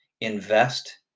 invest